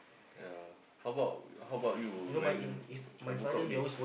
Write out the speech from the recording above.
ya how about how about you when you are book out a day